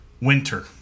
winter